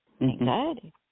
Anxiety